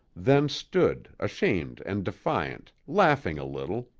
then stood, ashamed and defiant, laughing a little,